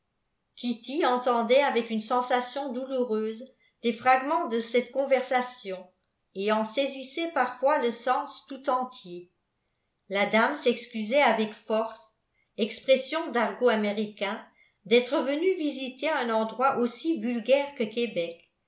kitty entendait avec une sensation douloureuse des fragments de cette conversation et en saisissait parfois le sens tout entier la dame s'excusait avec force expressions d'argot américain d'être venue visiter un endroit aussi vulgaire que québec